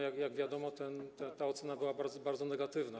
Jak wiadomo, ta ocena była bardzo, bardzo negatywna.